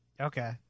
Okay